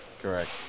Correct